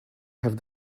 have